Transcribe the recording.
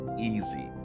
easy